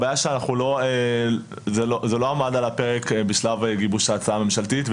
הבעיה שזה לא עמד על הפרק בשלב גיבוש ההצעה הממשלתית,